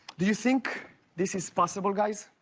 do you think this is possible, guys.